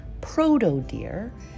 proto-deer